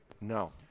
No